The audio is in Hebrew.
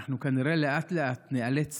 אנחנו כנראה לאט-לאט ניאלץ